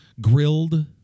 grilled